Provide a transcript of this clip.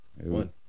One